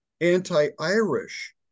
anti-Irish